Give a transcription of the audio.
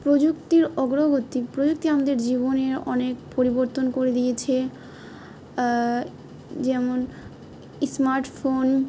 প্রযুক্তির অগ্রগতি প্রযুক্তি আমাদের জীবনের অনেক পরিবর্তন করে দিয়েছে যেমন স্মার্টফোন